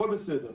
הכול בסדר,